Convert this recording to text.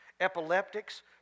epileptics